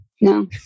No